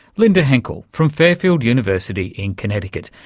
linda henkel from fairfield university in connecticut,